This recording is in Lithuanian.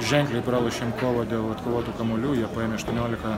ženkliai pralošėm kovą dėl atkovotų kamuolių jie paėmė aštuoniolika